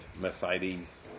Mercedes